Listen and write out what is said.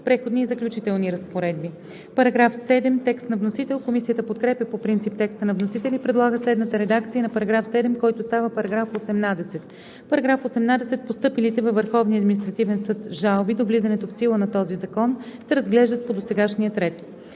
„Преходни и заключителни разпоредби“. Комисията подкрепя по принцип текста на вносителя и предлага следната редакция на § 7, който става § 18: „§ 18. Постъпилите във Върховния административен съд жалби до влизането в сила на този закон се разглеждат по досегашния ред.“